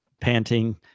panting